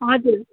हजुर